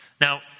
Now